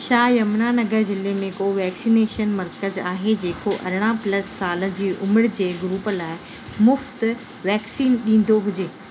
छा यमुनानगर ज़िले में कोवैक्सनेशन मर्कज़ आहे जेको अरिड़हं प्लस साल जी उमिरि जे ग्रूप लाइ मुफ़्ति वैक्सीन ॾींदो हुजे